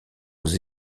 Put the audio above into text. aux